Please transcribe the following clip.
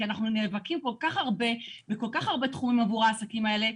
כי אנחנו נאבקים כל כך הרבה בכל כך הרבה תחומים עבור העסקים האלה,